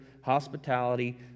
hospitality